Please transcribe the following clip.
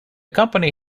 company